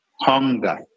hunger